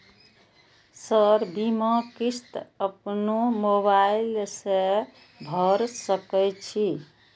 Sir बीमा किस्त अपनो मोबाईल से भर सके छी?